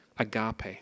agape